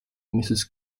mrs